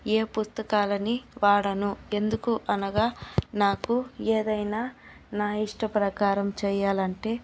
ఏ పుస్తకాలను వాడను ఎందుకు అనగా నాకు ఏదైనా నా ఇష్ట ప్రకారం చేయాలంటే